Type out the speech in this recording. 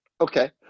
Okay